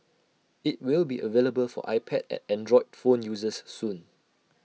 IT will be available for iPad and Android phone users soon